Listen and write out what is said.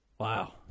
Wow